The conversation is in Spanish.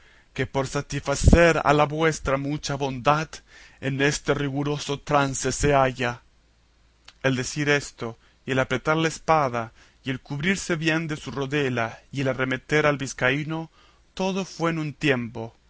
que por satisfacer a la vuestra mucha bondad en este riguroso trance se halla el decir esto y el apretar la espada y el cubrirse bien de su rodela y el arremeter al vizcaíno todo fue en un tiempo